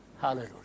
Hallelujah